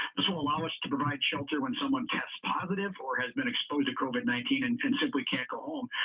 this will allow us to provide shelter when someone tests positive or has been exposed to covid nineteen and simply can't go home.